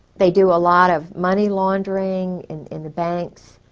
they do a lot of money laundering, in. in the bank's,